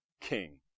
king